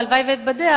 והלוואי שאתבדה,